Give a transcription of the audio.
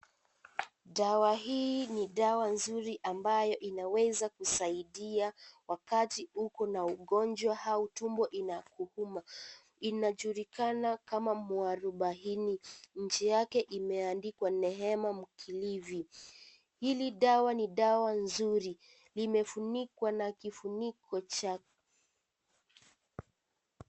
Dawa hii ni dawa nzuri ambayo inaweza kusaidia wakati uko na ugonjwa au tumbo inakuuma. Inajulikana kama Mwarubaini. Nje yake imeandikwa "Neema Mkilifi". Hili dawa ni dawa nzuri. Limefunikwa na kifuniko.